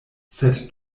sed